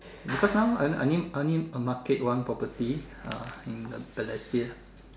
because now I only I only market only one property uh in the Balestier